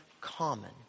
Common